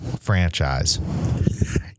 franchise